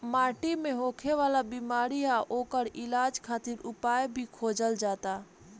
माटी मे होखे वाला बिमारी आ ओकर इलाज खातिर उपाय भी खोजल जाता